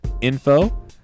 info